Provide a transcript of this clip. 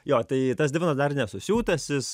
jo tai tas divonas dar nesusiūtas jis